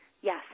yes